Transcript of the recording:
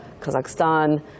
kazakhstan